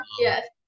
Yes